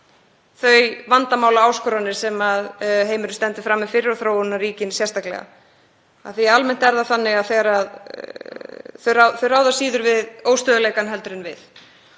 þau vandamál og áskoranir sem heimurinn stendur frammi fyrir og þróunarríkin sérstaklega. Almennt er það þannig að þau ráða síður við óstöðugleikann en við.